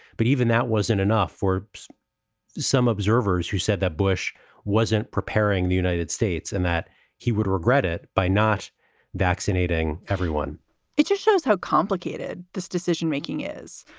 but even that wasn't enough for some observers who said that bush wasn't preparing the united states and that he would regret it by not vaccinating everyone it just shows how complicated this decision making is.